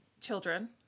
children